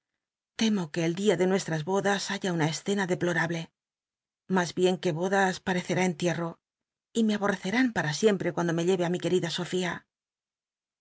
l'emo que el dia de nucsllas bodas haya una escena dcplomhle mas bien que bodas parccer í enticno y me bortc cr in para wc cuando me llrl'e ü mi fjnerida sofía